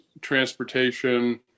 transportation